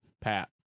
Pat